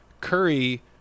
Curry